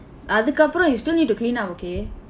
அதுக்கு அப்புறம்:athukku appuram you still need to clean up okay